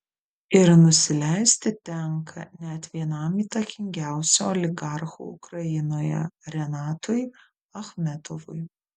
ir nusileisti tenka net vienam įtakingiausių oligarchų ukrainoje renatui achmetovui